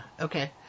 okay